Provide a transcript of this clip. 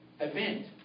event